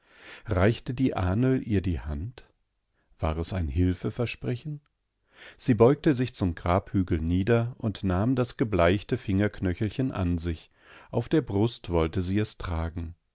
reichte die ahnl ihr die hand war es ein hilfeversprechen sie beugte sich zum grabhügel nieder und nahm das gebleichte fingerknöchelchen an sich auf der brust wollte sie es tragen